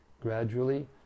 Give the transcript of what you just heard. Gradually